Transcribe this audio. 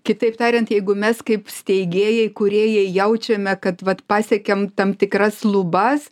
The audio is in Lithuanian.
kitaip tariant jeigu mes kaip steigėjai kūrėjai jaučiame kad vat pasiekėm tam tikras lubas